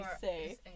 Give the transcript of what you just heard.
say